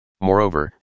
Moreover